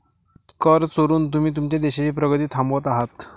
कर चोरून तुम्ही तुमच्या देशाची प्रगती थांबवत आहात